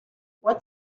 what